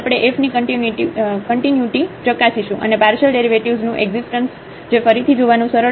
તેથી આપણે f ની કન્ટિન્યુટી ચકાસીશું અને પાર્શિયલ ડેરિવેટિવ્ઝ નું એકઝીસ્ટન્સ જે ફરીથી જોવાનું સરળ છે